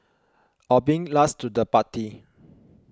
or being last to the party